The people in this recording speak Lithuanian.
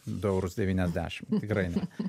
du eurus devyniasdešim tikrai ne